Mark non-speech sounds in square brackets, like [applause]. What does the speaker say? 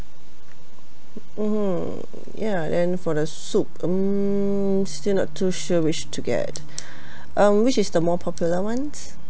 mmhmm ya and for the soup hmm still not too sure which to get [breath] um which is the more popular ones